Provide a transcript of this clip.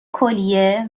کلیه